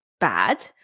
bad